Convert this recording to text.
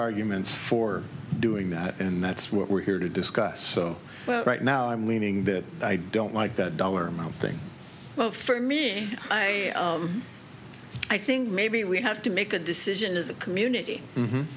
arguments for doing that and that's what we're here to discuss but right now i'm leaning that i don't like that dollar amount thing for me i i think maybe we have to make a decision as a community